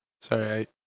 Sorry